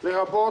לרבות,